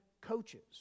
coaches